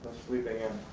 sleeping in.